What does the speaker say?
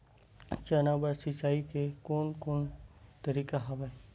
चना बर सिंचाई के कोन कोन तरीका हवय?